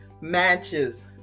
matches